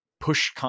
push